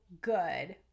good